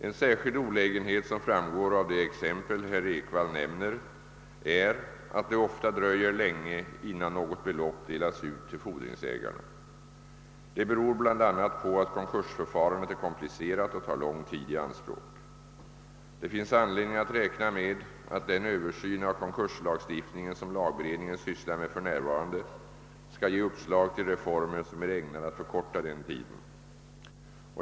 En särskild olägenhet som framgår av det exempel herr Ekvall nämner är att det ofta dröjer länge innan något belopp delas ut till fordringsägarna. Detta beror bl.a. på att konkursförfarandet är komplicerat och tar lång tid i anspråk. Det finns anledning att räkna med att den översyn av konkurslagstiftningen som lagberedningen sysslar med för närvarande skall ge uppslag till reformer som är ägnade att förkorta denna tid.